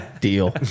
Deal